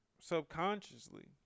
subconsciously